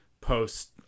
post